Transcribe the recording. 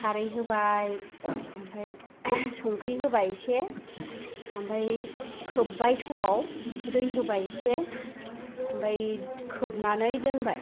खारै होबाय आमफाय संख्रै होबाय एसे आमफाय खोबबाय थौआव दै होबाय एसे आमफाय खोबनानै दोनबाय